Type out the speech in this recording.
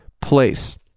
place